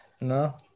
No